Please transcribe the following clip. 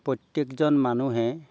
প্ৰত্যেকজন মানুহে